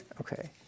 Okay